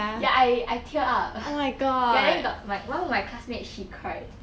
ya I I tear up ya then got like one of my classmate she cried